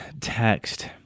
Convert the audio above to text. text